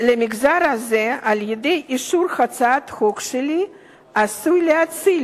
למגזר הזה על-ידי אישור הצעת החוק שלי עשוי להציל